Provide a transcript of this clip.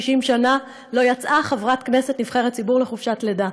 60 שנה לא יצאה חברת כנסת נבחרת ציבור לחופשת לידה.